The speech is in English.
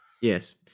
Yes